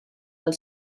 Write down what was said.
del